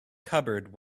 cupboard